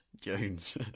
Jones